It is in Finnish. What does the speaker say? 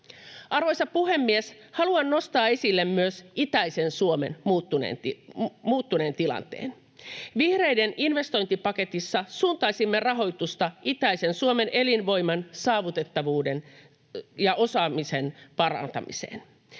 Arvoisa puhemies! Haluan nostaa esille myös itäisen Suomen muuttuneen tilanteen. Vihreiden investointipaketissa suuntaisimme rahoitusta itäisen Suomen elinvoiman, saavutettavuuden ja osaamisen parantamiseen.